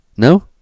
No